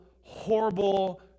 horrible